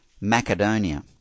Macedonia